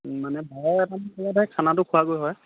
মানে বাৰ এটামান বজাতেই খানাটো খোৱাগৈ হয়